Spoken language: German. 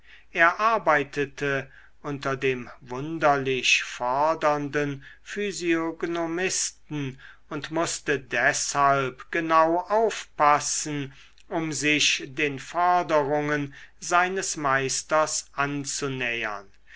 er arbeitete unter dem wunderlich fordernden physiognomisten und mußte deshalb genau aufpassen um sich den forderungen seines meisters anzunähern